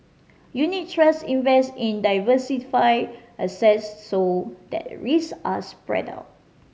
unit trusts invest in diversified assets so that risk are spread out